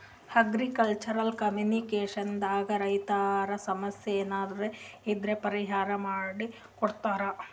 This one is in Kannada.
ಅಗ್ರಿಕಲ್ಚರ್ ಕಾಮಿನಿಕೇಷನ್ ದಾಗ್ ರೈತರ್ ಸಮಸ್ಯ ಏನರೇ ಇದ್ರ್ ಪರಿಹಾರ್ ಮಾಡ್ ಕೊಡ್ತದ್